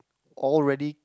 already